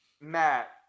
Matt